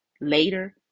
later